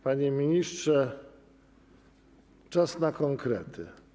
Panie ministrze, czas na konkrety.